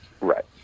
Right